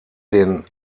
den